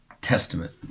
testament